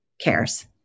cares